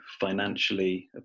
financially